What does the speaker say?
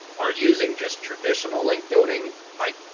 are using just traditional link building like,